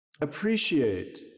appreciate